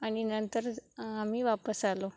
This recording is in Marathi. आणि नंतर आम्ही वापस आलो